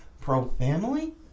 pro-family